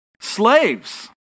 Slaves